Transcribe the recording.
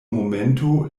momento